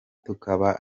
tukaba